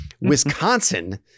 Wisconsin